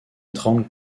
étrangle